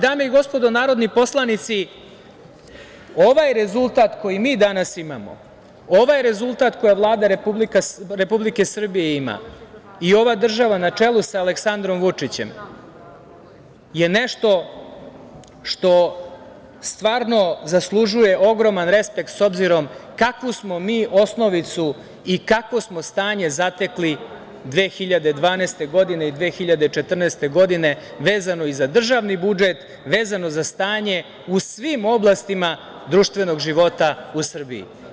Dame i gospodo narodni poslanici, ovaj rezultat koji mi danas imamo, ovaj rezultat koji Vlada Republike Srbije ima i ova država na čelu sa Aleksandrom Vučićem je nešto što stvarno zaslužuje ogroman respekt s obzirom kakvu smo mi osnovicu i kakvo smo stanje zatekli 2012. godine i 2014. godine vezano i za državni budžet, vezano za stanje u svim oblastima društvenog života u Srbiji.